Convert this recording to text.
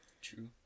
True